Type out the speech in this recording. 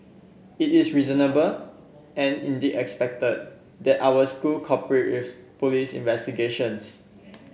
it is reasonable and indeed expected that our school cooperate with police investigations